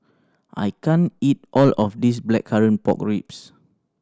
I can't eat all of this Blackcurrant Pork Ribs